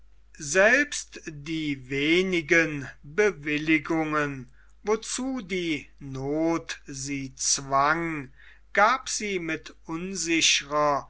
selbst die wenigen bewilligungen wozu die noth sie zwang gab sie mit unsicherer